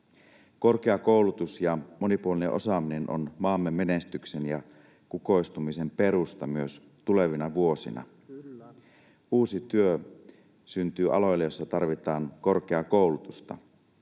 Korkeakoulutus ja monipuolinen osaaminen ovat maamme menestyksen ja kukoistamisen perusta myös tulevina vuosina. Uusi työ syntyy aloille, joilla tarvitaan korkeaa koulutusta.